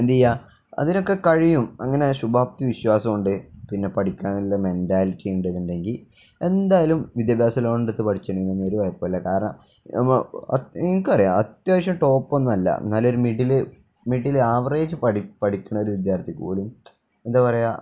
എന്തു ചെയ്യാം അതിനൊക്കെ കഴിയും അങ്ങനെ ശുഭാപ്തി വിശ്വാസമുണ്ട് പിന്നെ പഠിക്കാനുള്ള മെന്റാലിറ്റി ഉണ്ടെന്നുണ്ടെങ്കില് എന്തായാലും വിദ്യാഭ്യാസ ലോണെടുത്തു പഠിച്ചിട്ടുണ്ടെങ്കില് ഒരു കുഴപ്പവുമില്ല കാരണം നമ്മള് എനിക്കറിയാം അത്യാവശ്യം ടോപ്പൊന്നുമല്ല എന്നാലൊരു മിഡില് മിഡില് ആവറേജ് പഠിക്കുന്ന ഒരു വിദ്യാർത്ഥിക്ക് പോലും എന്താണു പറയുക